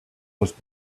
was